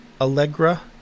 Allegra